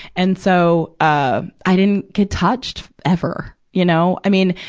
and so, ah, i didn't get touched ever, you know? i mean,